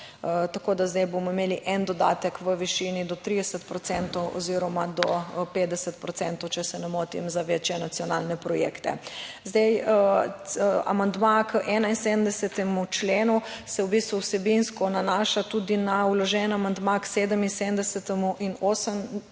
Tako da zdaj bomo imeli en dodatek v višini do 30 procentov oziroma do 50 procentov, če se ne motim, za večje nacionalne projekte. Zdaj, amandma k 71. členu se v bistvu vsebinsko nanaša tudi na vložen amandma k 77. in 81.